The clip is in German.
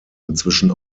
inzwischen